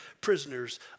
prisoners